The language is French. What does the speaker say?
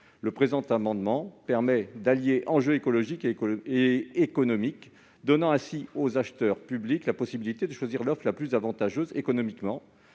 Cet amendement vise à allier enjeux écologiques et économiques en donnant aux acheteurs publics la possibilité de choisir l'offre la plus avantageuse économiquement